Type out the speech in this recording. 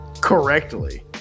correctly